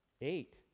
Eight